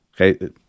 Okay